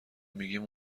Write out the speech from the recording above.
میگم